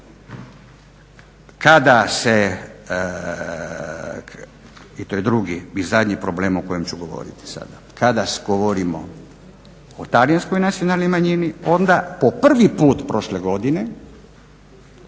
Kada se i to je drugi i zadnji problem o kojem ću govoriti sada. Kada govorimo o Talijanskoj nacionalnoj manjini onda po prvi put prošle godine